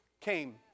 came